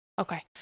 Okay